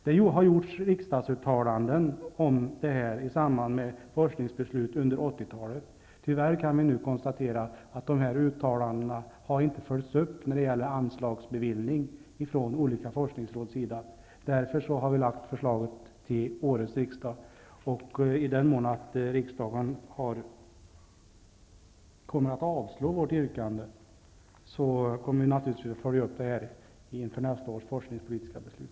Det har gjorts riksdagsuttalanden om detta i samband med forskningsbeslut under 80-talet. Tyvärr kan vi nu konstatera att dessa uttalanden inte har följts upp av olika forskningsråd när det gäller anslagsbeviljande. Därför har vi lagt fram förslaget till årets riksdag. Om riksdagen kommer att avslå vårt yrkande, kommer vi naturligtvis att följa upp frågan inför nästa års forskningspolitiska beslut.